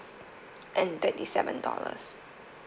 and thirty seven dollars